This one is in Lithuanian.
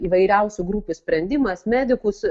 įvairiausių grupių sprendimas medikus